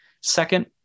Second